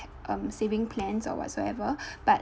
um saving plans or whatsoever but